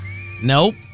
Nope